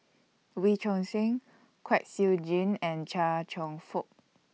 Wee Choon Seng Kwek Siew Jin and Chia Cheong Fook